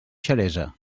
xeresa